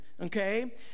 okay